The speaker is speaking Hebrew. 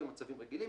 במצבים רגילים,